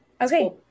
Okay